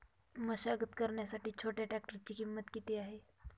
मशागत करण्यासाठी छोट्या ट्रॅक्टरची किंमत किती आहे?